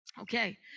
Okay